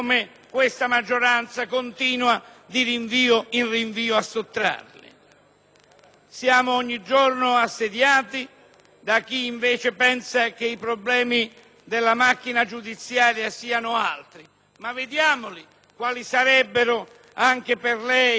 Siamo ogni giorno assediati da chi invece pensa che i problemi della macchina giudiziaria siano altri. Ma vediamo, signor Ministro, quali sarebbero anche per lei questi problemi: il numero dei componenti del CSM,